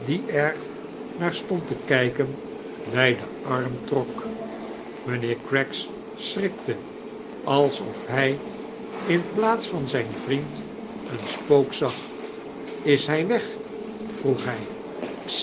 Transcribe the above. er naar-stond te kijken bij den arm trok mijnheer craggs schrikte alsof hij in plaats van zijn vriend een spook za is hij weg vroeg hi